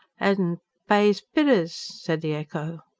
edn pays pidders, said the echo.